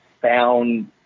found